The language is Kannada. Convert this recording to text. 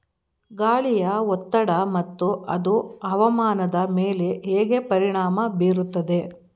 ಗಾಳಿಯ ಒತ್ತಡ ಮತ್ತು ಅದು ಹವಾಮಾನದ ಮೇಲೆ ಹೇಗೆ ಪರಿಣಾಮ ಬೀರುತ್ತದೆ?